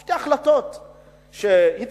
שתי החלטות שהתקבלו,